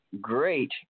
great